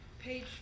Page